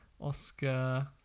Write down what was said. Oscar